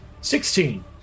Sixteen